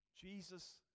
Jesus